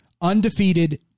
undefeated